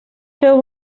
feu